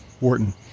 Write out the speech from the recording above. Wharton